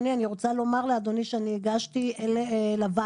אני רוצה לומר לאדוני שהגשתי לוועדה